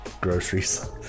groceries